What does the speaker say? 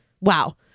wow